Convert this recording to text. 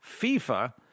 FIFA